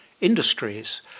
industries